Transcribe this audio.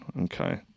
Okay